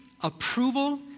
approval